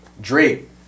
Drake